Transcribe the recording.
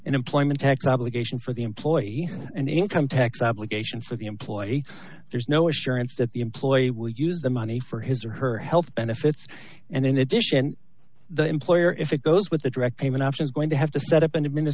in employment tax obligations for the employee and income tax obligations for the employee there's no assurance that the employee will use the money for his or her health benefits and in addition the employer if it goes with the direct payment option is going to have to set up an ad